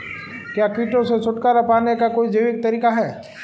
क्या कीटों से छुटकारा पाने का कोई जैविक तरीका है?